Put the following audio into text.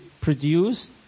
produce